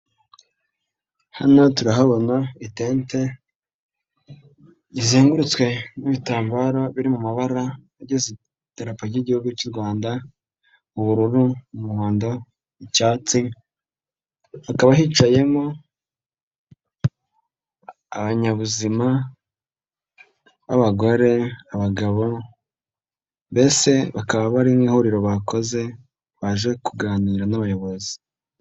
Hano turahabona itete rizengurutswe n'ibitambaro biri mu mabara agize idarapo ry'Igihugu cy'u Rwanda ubururu, umuhondo, icyatsi, hakaba hicayemo abanyabuzima b'abagore, abagabo mbese bakaba bari nk'ihuriro bakoze baje kuganira n'abayobozi.